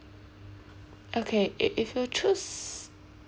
okay if if you choose